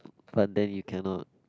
but then you cannot